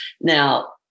Now